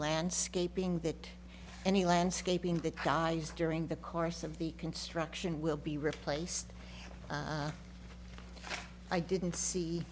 landscaping that any landscaping that dies during the course of the construction will be replaced i didn't see